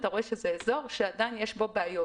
אתה רואה שזה אזור שיש בו עדיין בעיות.